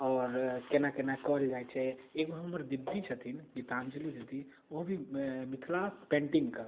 आओर कोना कोना कएल जाइ छै एगो हमर दीदी छथिन गीताञ्जलि दीदी ओ भी मिथिला पेन्टिङ्गके